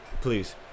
Please